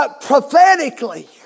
prophetically